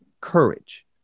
courage